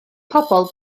pobl